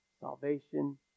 salvation